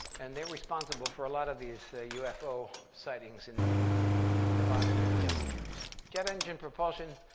and they're responsible for a lot of these ufo sightings in in nevada, near the testing areas. jet engine propulsion,